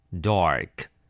Dark